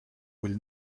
will